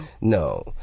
No